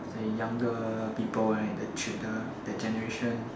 the younger people right the childr~ that generation